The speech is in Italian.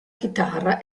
chitarra